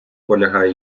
полягає